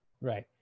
Right